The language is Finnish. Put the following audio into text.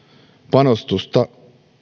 panostusta